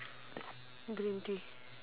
green tea